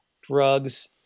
drugs